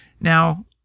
Now